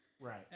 Right